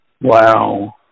Wow